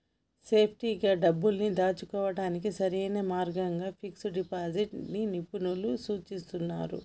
సేఫ్టీగా డబ్బుల్ని దాచుకోడానికి సరైన మార్గంగా ఫిక్స్డ్ డిపాజిట్ ని నిపుణులు సూచిస్తున్నరు